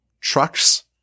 trucks